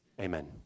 amen